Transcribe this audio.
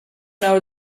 know